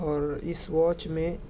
اور اس واچ میں